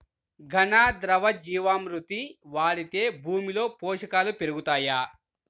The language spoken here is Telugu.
ఘన, ద్రవ జీవా మృతి వాడితే భూమిలో పోషకాలు పెరుగుతాయా?